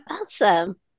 Awesome